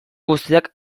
guztiak